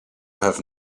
have